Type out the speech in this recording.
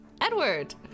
edward